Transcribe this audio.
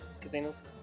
casinos